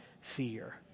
fear